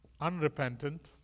unrepentant